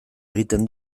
egiten